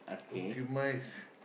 okay my is